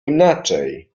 inaczej